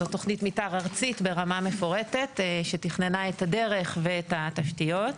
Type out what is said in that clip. זאת תוכנית מתאר ארצית ברמה מפורטת שתכננה את הדרך ואת התשתיות.